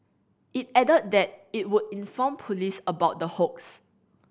it added that it would inform police about the hoax